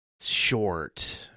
short